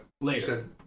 Later